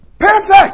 Perfect